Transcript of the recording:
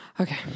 Okay